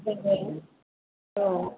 औ